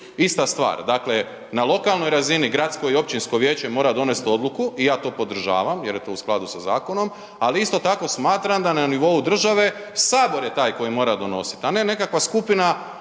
ista stvar? Dakle na lokalnoj razini, gradsko i općinsko vijeće mora donest odluku i ja to podržavam jer je to u skladu sa zakonom, ali isto tako smatram da na nivou države Sabor je taj koji mora donosit, a ne nekakva skupina koja